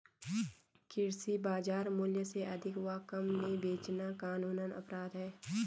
कृषि बाजार मूल्य से अधिक व कम में बेचना कानूनन अपराध है